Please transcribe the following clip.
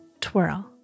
twirl